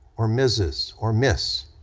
or mrs. or ms,